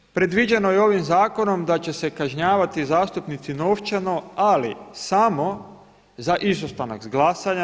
Naime, predviđeno je ovim zakonom da će se kažnjavati zastupnici novčano, ali samo za izostanak s glasanja.